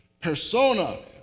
persona